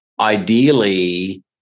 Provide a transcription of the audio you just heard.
ideally